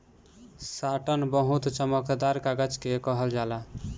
satin बहुत चमकदार कागज के कहल जाला